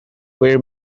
were